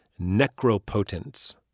Necropotence